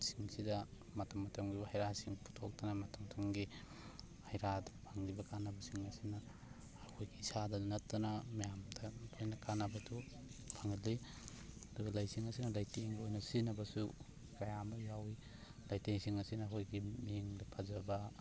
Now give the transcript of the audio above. ꯁꯤꯡꯁꯤꯗ ꯃꯇꯝ ꯃꯇꯝꯒꯤ ꯑꯣꯏꯕ ꯍꯩꯔꯥꯁꯤꯡ ꯄꯨꯊꯣꯛꯇꯅ ꯃꯇꯝ ꯃꯇꯝꯒꯤ ꯍꯩꯔꯥꯗꯨꯅ ꯐꯪꯂꯤꯕ ꯀꯥꯅꯕꯁꯤꯡ ꯑꯁꯤꯅ ꯑꯩꯈꯣꯏꯒꯤ ꯏꯁꯥꯗ ꯅꯠꯇꯅ ꯃꯌꯥꯝꯗ ꯑꯃꯨꯛꯀ ꯍꯦꯟꯅ ꯀꯥꯅꯕꯗꯨ ꯐꯪꯍꯜꯂꯤ ꯑꯗꯨ ꯂꯩꯁꯤꯡ ꯑꯁꯤꯅ ꯂꯩꯇꯦꯡꯒꯤ ꯑꯣꯏꯅ ꯁꯤꯖꯤꯟꯅꯕꯁꯨ ꯀꯌꯥ ꯑꯃ ꯌꯥꯎꯋꯤ ꯂꯩꯇꯦꯡꯁꯤꯡ ꯑꯁꯤꯅ ꯑꯩꯈꯣꯏꯒꯤ ꯃꯤꯠꯌꯦꯡꯗ ꯐꯖꯕ